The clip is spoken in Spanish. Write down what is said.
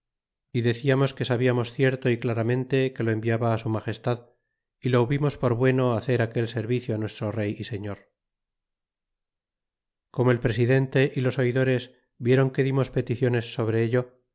y deciamos que sabiamos cierto y claramente que lo enviaba su magestad y lo hubimos por bueno hacer aquel servicio nuestro rey y señor y como el presidente y los oidores viéron que dimos peticiones sobre ello